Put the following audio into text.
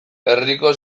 herriko